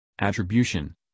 Attribution